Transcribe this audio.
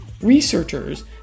researchers